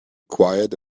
quiet